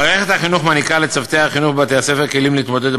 מערכת החינוך נותנת לצוותי החינוך בבתי-הספר כלים להתמודד עם